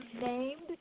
named